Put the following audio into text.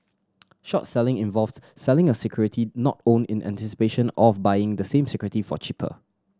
short selling involves selling a security not owned in anticipation of buying the same security for cheaper